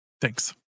Thanks